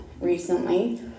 recently